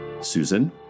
Susan